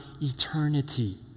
eternity